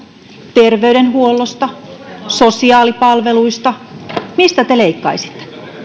terveydenhuollosta sosiaalipalveluista mistä te leikkaisitte